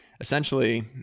essentially